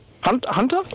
Hunter